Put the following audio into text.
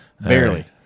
barely